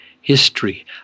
history